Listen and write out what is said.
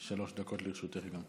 שלוש דקות גם לרשותך.